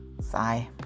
Sigh